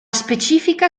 specifica